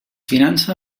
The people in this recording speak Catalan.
finança